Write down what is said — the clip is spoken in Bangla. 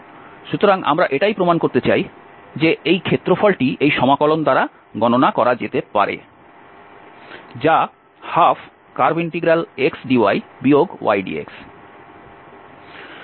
সুতরাং আমরা এটাই প্রমাণ করতে চাই যে এই ক্ষেত্রফলটি এই সমাকলন দ্বারা গণনা করা যেতে পারে যা 12Cxdy ydx